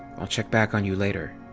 i'll check back on you later.